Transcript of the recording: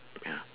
ya